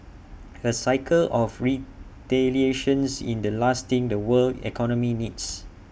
A cycle of retaliation is the last thing the world economy needs